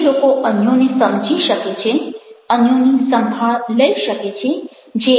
જે લોકો અન્યોને સમજી શકે છે અન્યોની સંભાળ લઈ શકે છે